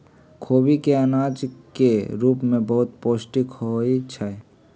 खोबि के अनाज के रूप में बहुते पौष्टिक होइ छइ